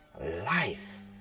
life